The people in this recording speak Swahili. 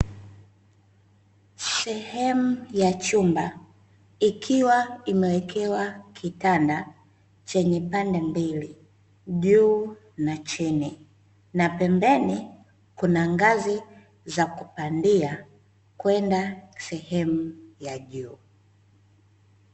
Sehemu ya chumba ikiwa imewekewa kitanda chenye pande mbili juu na chini, na pembeni kuna ngazi za kupandia kwenda sehemu ya juu.